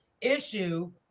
issue